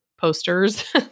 posters